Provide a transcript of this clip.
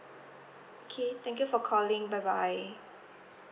okay thank you for calling bye bye